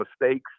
mistakes